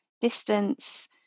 distance